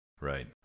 Right